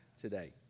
today